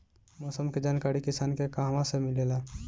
मौसम के जानकारी किसान के कहवा से मिलेला?